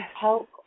help